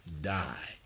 die